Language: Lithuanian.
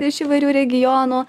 iš įvairių regionų